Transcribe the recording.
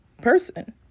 person